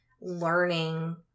learning